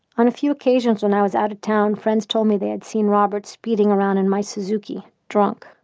on a few occasions when i was out of town, friends told me they had seen robert speeding around in my suzuki, drunk.